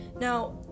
Now